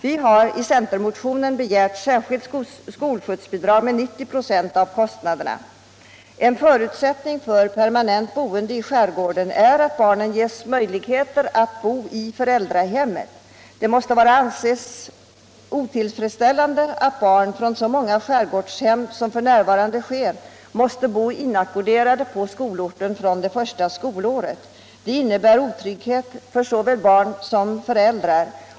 Vi har i centermotionen begärt ett särskilt skolskjutsbidrag på 90 96 av kostnaderna. En förutsättning för permanent boende i skärgården är att barnen ges möjligheter att bo i föräldrahemmet. Det måste anses vara otillfredsställande att, som f. n. är fallet, barn från så många skärgårdshem måste bo inackorderade på skolorten från första skolåret. Det innebär otrygghet för såväl barn som föräldrar.